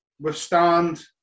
withstand